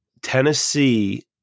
Tennessee